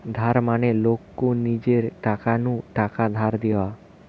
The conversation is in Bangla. ধার মানে লোক কু নিজের টাকা নু টাকা ধার দেওয়া